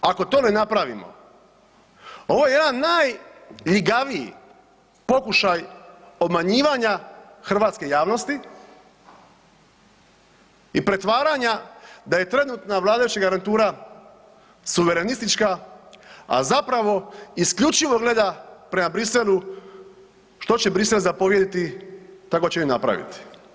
Ako to ne napravimo, ovo je jedan najljigaviji pokušaj obmanjivanja hrvatske javnosti i pretvaranja da je trenutna vladajuća garnitura suverenistička, a zapravo isključivo gleda prema Bruxellesu što će Bruxelles zapovjediti, tako će i napraviti.